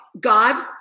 God